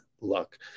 luck